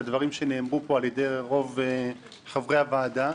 לדברים שנאמרו פה על ידי רוב חברי הוועדה.